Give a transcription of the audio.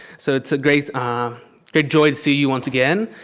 so it's a great ah great joy to see you once again.